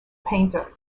painter